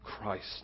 Christ